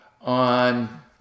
on